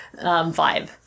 vibe